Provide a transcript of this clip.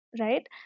right